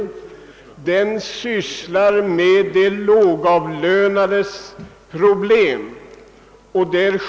Den behandlar: de lågavlönades problem.